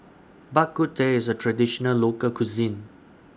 Bak Kut Teh IS A Traditional Local Cuisine